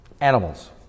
animals